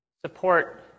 support